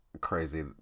crazy